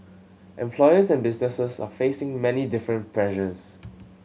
employers and businesses are facing many different pressures